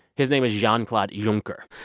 his name is jean-claude juncker.